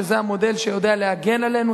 שזה המודל שיודע להגן עלינו,